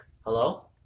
Hello